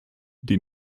den